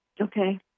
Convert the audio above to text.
Okay